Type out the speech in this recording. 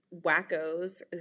wackos